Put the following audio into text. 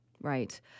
Right